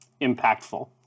impactful